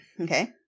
okay